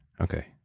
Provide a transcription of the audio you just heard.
Okay